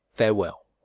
Farewell